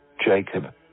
Jacob